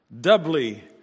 doubly